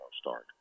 start